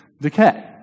decay